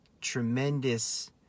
tremendous